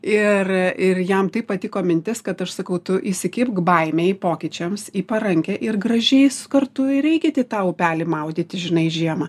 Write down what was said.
ir ir jam taip patiko mintis kad aš sakau tu įsikibk baimei pokyčiams į parankę ir gražiais kartu ir eikit į tą upelį maudytis žinai žiemą